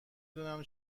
دونم